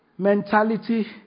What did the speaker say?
Mentality